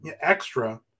extra